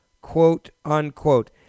quote-unquote